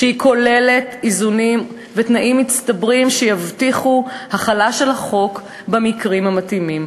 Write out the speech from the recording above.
שכוללת איזונים ותנאים מצטברים שיבטיחו החלה של החוק במקרים המתאימים.